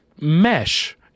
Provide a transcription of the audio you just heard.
mesh